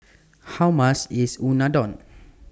How much IS Unadon